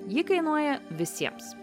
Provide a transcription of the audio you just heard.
ji kainuoja visiems